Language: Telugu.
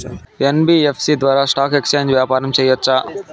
యన్.బి.యఫ్.సి ద్వారా స్టాక్ ఎక్స్చేంజి వ్యాపారం సేయొచ్చా?